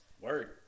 Word